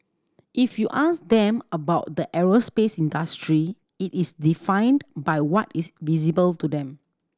if you ask them about the aerospace industry it is defined by what is visible to them